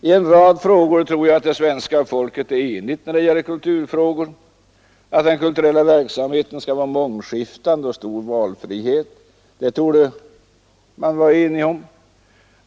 I en rad frågor tror jag att svenska folket är enigt då det gäller kulturfrågor. Att den kulturella verksamheten skall vara mångskiftande och ge stor valfrihet torde vara något man kan enas om.